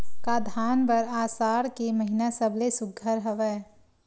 का धान बर आषाढ़ के महिना सबले सुघ्घर हवय?